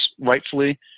rightfully